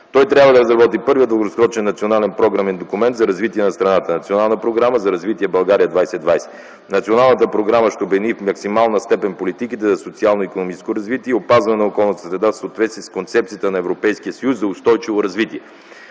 Той трябва да разработи първия дългосрочен национален програмен документ за развитие на страната – Национална програма за развитие „България 2020”. Националната програма ще обедини в максимална степен политиките за социално-икономическо развитие и опазване на околната среда в съответствие с концепциите на Европейския съюз за устойчиво развитие,